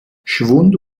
schwund